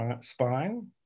spine